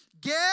Get